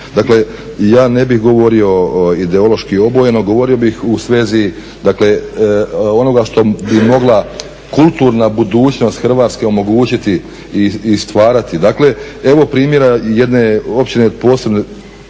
ja ne bih govorio ideološki obojeno, govorio bih u svezi onoga što bi mogla kulturna budućnost Hrvatske omogućiti i stvarati. Dakle evo primjera jedne općine iz